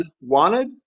wanted